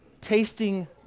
Tasting